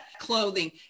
clothing